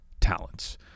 talents